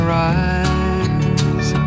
rise